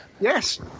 Yes